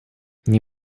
nie